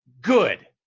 good